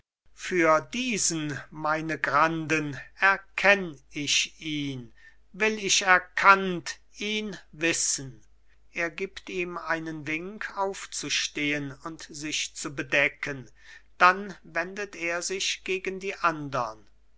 für diesen meine granden erkenn ich ihn will ich erkannt ihn wissen er gibt ihm einen wink aufzustehen und sich zu bedecken dann wendet er sich gegen die andern